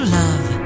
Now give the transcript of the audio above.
love